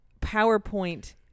PowerPoint